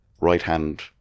right-hand